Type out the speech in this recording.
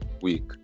week